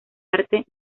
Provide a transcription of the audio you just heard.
arte